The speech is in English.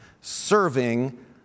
serving